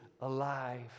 alive